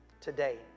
today